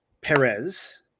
Perez